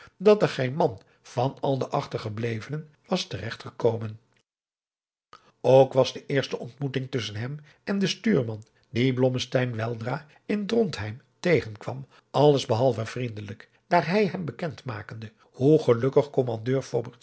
dat er geen man van al de achtergeblevenen was te regt gekomen ook was de eerste ontmoeting tusschen hem en den stuurman dien blommesteyn weldra in drontheim tegenkwam alles behalve vriendelijk daar hij hem bekend makende hoe gelukkig kommandeur